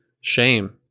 shame